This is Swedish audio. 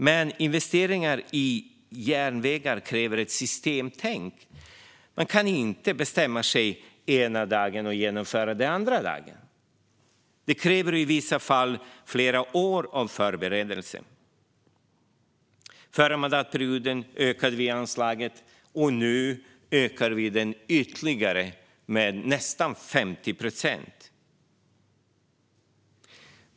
Men investeringar i järnvägar kräver ett systemtänk. Man kan inte bestämma sig för något ena dagen och genomföra det den andra dagen. I vissa fall krävs det flera år av förberedelser. Förra mandatperioden ökade vi anslagen, och nu ökar vi dem ytterligare med nästan 50 procent.